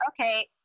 okay